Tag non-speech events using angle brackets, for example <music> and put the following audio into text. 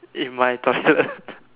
in my toilet <laughs>